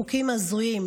חוקים הזויים,